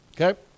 okay